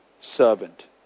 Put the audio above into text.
servant